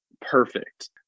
perfect